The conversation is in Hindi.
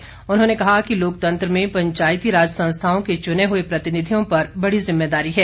एक संदेश में उन्होंने कहा कि लोकतंत्र में पंचायती राज संस्थाओं के चुने हुए प्रतिनिधियों पर बड़ी जिम्मेदारी है